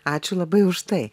ačiū labai už tai